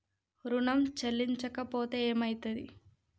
ఋణం చెల్లించకపోతే ఏమయితది?